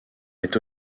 est